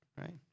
right